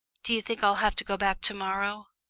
do you think i'll have to go back to-morrow?